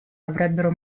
avrebbero